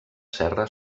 serra